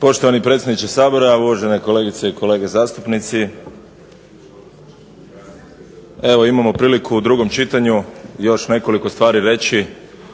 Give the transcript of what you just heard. Poštovani predsjedniče Sabora, uvažene kolegice i kolege zastupnici. Evo imamo priliku u drugom čitanju još nekoliko stvari reći,